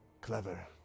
clever